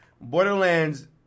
Borderlands